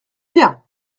bien